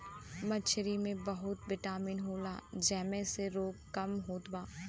मछरी में बहुत बिटामिन होला जउने से रोग कम होत जाला